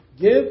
Give